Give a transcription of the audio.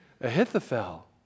Ahithophel